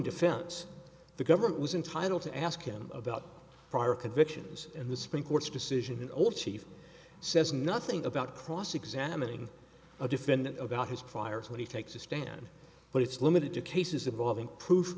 defense the government was entitle to ask him about prior convictions and the supreme court's decision old chief says nothing about cross examining a defendant about his priors when he takes the stand but it's limited to cases involving proof